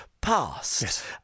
past